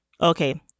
okay